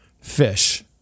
Fish